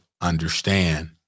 understand